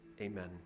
Amen